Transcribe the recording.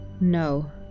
No